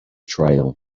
trail